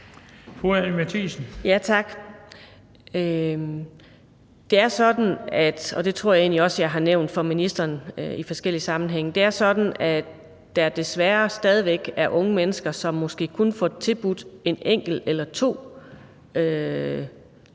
sammenhænge – at der desværre stadig væk er unge mennesker, som måske kun får tilbudt en enkelt eller to linjer